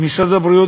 עם משרד הבריאות.